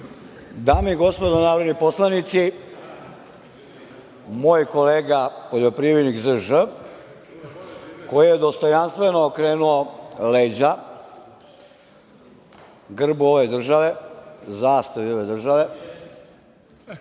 Dame i gospodo narodni poslanici, moj kolega poljoprivrednik ZŽ, koje je dostojanstveno okrenuo leđa grbu ove države, zastavi ove države